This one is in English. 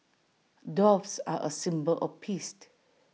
doves are A symbol of peace